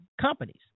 companies